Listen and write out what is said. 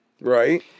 Right